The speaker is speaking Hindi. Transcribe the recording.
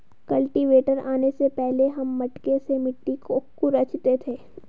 कल्टीवेटर आने से पहले हम मटके से मिट्टी को खुरंचते थे